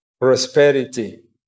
prosperity